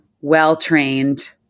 well-trained